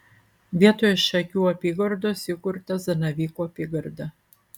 vietoj šakių apygardos įkurta zanavykų apygarda